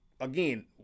again